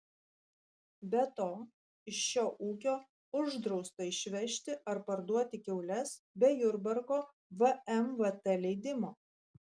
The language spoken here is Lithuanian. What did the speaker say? be to iš šio ūkio uždrausta išvežti ar parduoti kiaules be jurbarko vmvt leidimo